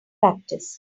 practice